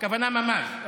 הכוונה ממ"ז.